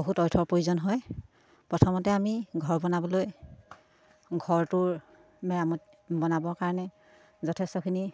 বহুত অৰ্থৰ প্ৰয়োজন হয় প্ৰথমতে আমি ঘৰ বনাবলৈ ঘৰটোৰ মেৰামত বনাবৰ কাৰণে যথেষ্টখিনি